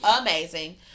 amazing